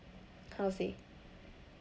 how to say